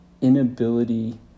inability